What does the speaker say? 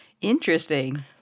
interesting